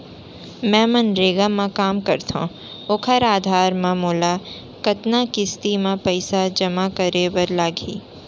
मैं मनरेगा म काम करथो, ओखर आधार म मोला कतना किस्ती म पइसा जेमा करे बर लागही?